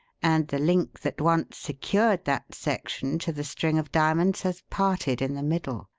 and the link that once secured that section to the string of diamonds has parted in the middle.